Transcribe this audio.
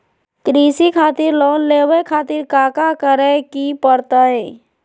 कृषि खातिर लोन लेवे खातिर काका करे की परतई?